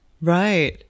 Right